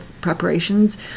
preparations